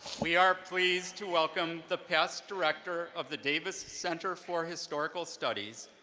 we are pleased to welcome the past director of the davis center for historical studies,